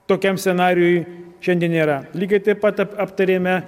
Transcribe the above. tokiam scenarijui šiandien nėra lygiai taip pat aptarėme